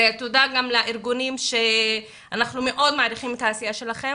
ותודה גם לארגונים שאנחנו מאוד מעריכים את העשייה שלכם.